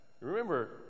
remember